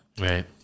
Right